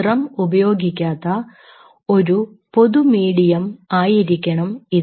serum ഉപയോഗിക്കാത്ത ഒരു പൊതു മീഡിയം ആയിരിക്കണം ഇത്